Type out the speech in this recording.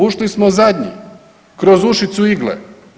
Ušli smo zadnji kroz ušicu igle.